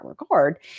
regard